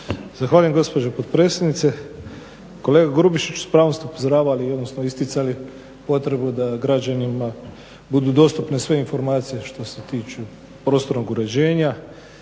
Zahvaljujem gospođo potpredsjednice. Kolega Grubišić s pravom ste upozoravali, odnosno isticali potrebu da građanima budu dostupne sve informacije što se tiču prostornog uređenja.